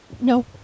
No